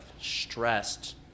stressed